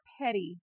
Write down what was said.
petty